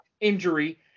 injury